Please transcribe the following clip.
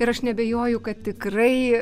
ir aš neabejoju kad tikrai